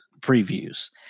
previews